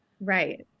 Right